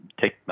take